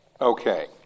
Okay